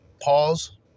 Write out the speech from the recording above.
Pause